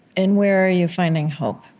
and where are you finding hope?